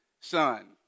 son